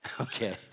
Okay